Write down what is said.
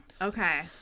Okay